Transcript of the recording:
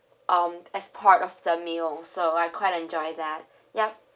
um as part of the meal so I quite enjoy that ya